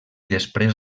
després